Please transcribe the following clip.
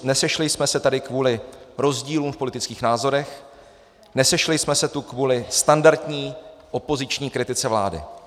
Nesešli jsme se tady kvůli rozdílům v politických názorech, nesešli jsme se tu kvůli standardní opoziční kritice vlády.